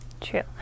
True